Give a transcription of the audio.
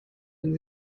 wenn